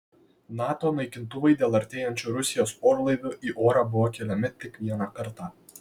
nato naikintuvai dėl artėjančių rusijos orlaivių į orą buvo keliami tik vieną kartą